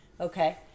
Okay